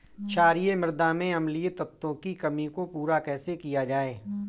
क्षारीए मृदा में अम्लीय तत्वों की कमी को पूरा कैसे किया जाए?